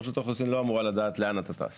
רשות האוכלוסין לא אמורה לדעת לאן אתה טס